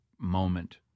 moment